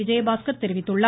விஜயபாஸ்கர் தெரிவித்துள்ளார்